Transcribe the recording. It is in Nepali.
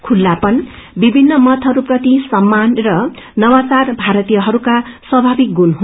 खुल्लापन विभिन्न मतहस्प्रति सम्मान र नवाचार भारतीयहस्क्र स्वभाविक गुण हो